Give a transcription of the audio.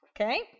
Okay